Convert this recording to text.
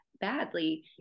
badly